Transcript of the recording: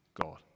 God